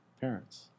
parents